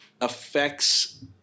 affects